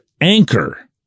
anchor